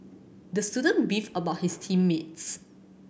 the student beefed about his team mates